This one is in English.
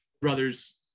brother's